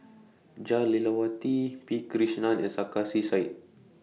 Jah Lelawati P Krishnan and Sarkasi Said